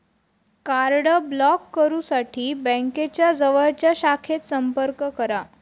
card block करुसाठी बँकेच्या जवळच्या शाखेत संपर्क करा